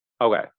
Okay